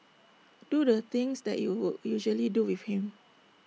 do the things that you would usually do with him